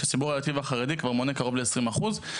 כשהציבור הדתי והחרדי כבר מונה קרוב ל-20 אחוז.